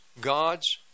God's